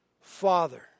Father